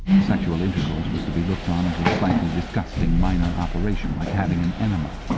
sexual intercourse was to be looked on as a slightly disgusting minor operation, like having an enema.